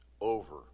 over